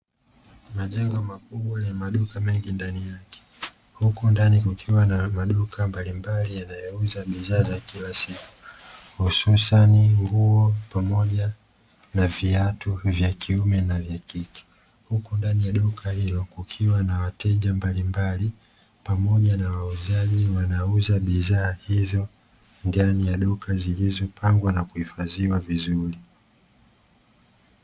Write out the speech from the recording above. Majengo makubwa ya maduka mengi ndani yake huku ndani kukiwa na maduka mbalimbali yanayouza bidhaa za kila siku, hususani nguo pamoja na viatu vya kiume na vya kike; huku ndani ya duka hilo kukiwa na wateja mbalimbali pamoja na wauzaji wanaouza bidhaa hizo ndani ya duka, zilizopangwa na kuhifadhiwa vizuri.